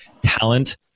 talent